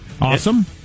Awesome